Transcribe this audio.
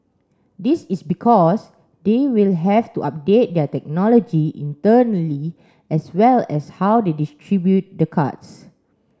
this is because they will have to update their technology internally as well as how they distribute the cards